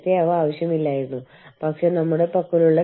സ്ഥാപന പശ്ചാത്തലം